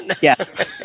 yes